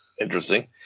interesting